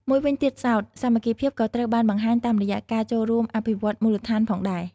មួយវិញទៀតសោត សាមគ្គីភាពក៏ត្រូវបានបង្ហាញតាមរយៈការចូលរួមអភិវឌ្ឍន៍មូលដ្ឋានផងដែរ។